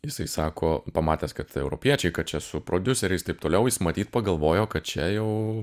jisai sako pamatęs kad europiečiai kad čia su prodiuseriais taip toliau jis matyt pagalvojo kad čia jau